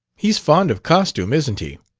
he's fond of costume, isn't he?